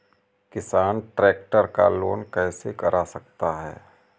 किसान ट्रैक्टर का लोन कैसे करा सकता है?